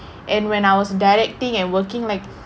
and when I was directing and working like